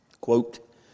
quote